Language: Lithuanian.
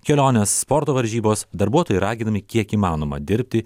kelionės sporto varžybos darbuotojai raginami kiek įmanoma dirbti